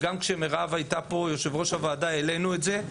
גם כשמירב הייתה פה יושבת-ראש הוועדה העלינו את זה,